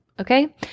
Okay